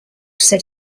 said